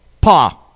Pa